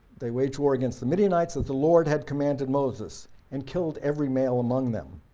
they waged war against the midianites as the lord had commanded moses and killed every male among them,